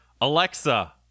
Alexa